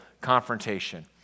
confrontation